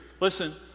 listen